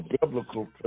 biblical